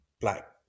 black